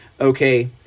Okay